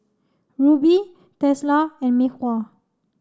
Rubi Tesla and Mei Hua